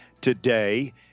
today